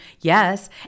Yes